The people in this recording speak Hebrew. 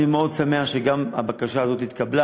אני מאוד שמח שגם הבקשה הזאת התקבלה.